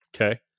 okay